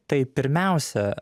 tai pirmiausia